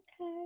Okay